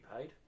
paid